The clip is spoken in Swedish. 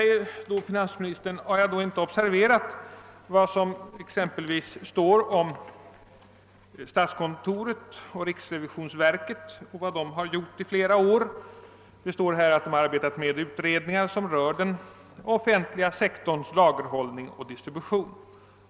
Men, säger finansministern, har jag då inte observerat vad som står om exempelvis statskontoret och riksrevisionsverket och vad de har gjort i flera år? I svaret står det att de har arbetat med utredningar, som rör den offentliga sektorns lagerhållning och distribution.